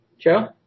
Joe